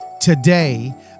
today